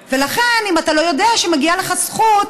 ולכן, אם אתה לא יודע שמגיעה לך זכות,